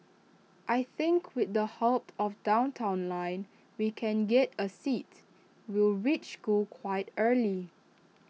I think with the help of downtown line we can get A seat we'll reach school quite early